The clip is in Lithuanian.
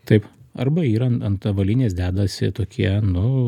taip arba yra an ant avalynės dedasi tokie nu